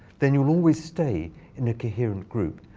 then you'll always stay in a coherent group.